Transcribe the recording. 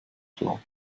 klar